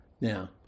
Now